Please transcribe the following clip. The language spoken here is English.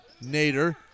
Nader